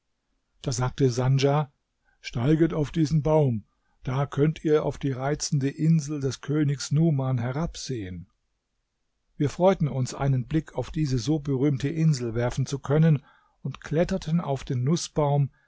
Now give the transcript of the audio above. da sagte sandja steiget auf diesen baum da könnt ihr auf die reizende insel des königs numan herabsehen wir freuten uns einen blick auf diese so berühmte insel werfen zu können und kletterten auf den nußbaum